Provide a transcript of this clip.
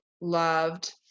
loved